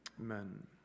Amen